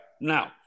now